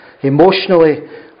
Emotionally